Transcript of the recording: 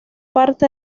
parte